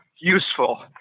useful